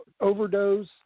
overdose